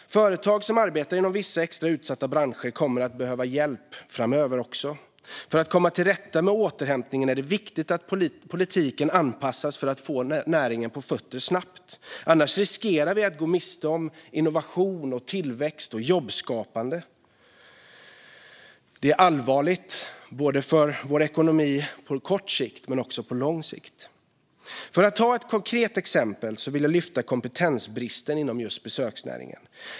Företag som arbetar inom vissa extra utsatta branscher kommer att behöva hjälp också framöver. För att komma till rätta med återhämtningen är det viktigt att politiken anpassas för att få näringen på fötter snabbt. Annars riskerar vi att gå miste om innovation, tillväxt och jobbskapande. Det är allvarligt för vår ekonomi på kort sikt men också på lång sikt. För att ta ett konkret exempel vill jag lyfta kompetensbristen inom just besöksnäringen.